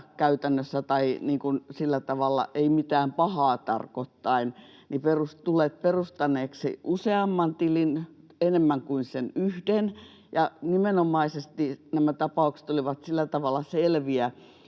sillä tavalla mitään pahaa tarkoittaen tulleet perustaneeksi useamman tilin, enemmän kuin sen yhden. Ja nimenomaisesti nämä tapaukset olivat sillä tavalla selviä,